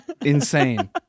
insane